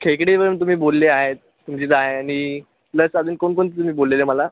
खेकडेच तर तुम्ही बोलले आहेत तुमच्या इथं आहे आणि प्लस अजून कोणकोणते तुम्ही बोललेले मला